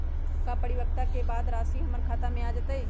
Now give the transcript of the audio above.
का परिपक्वता के बाद राशि हमर खाता में आ जतई?